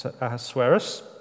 Ahasuerus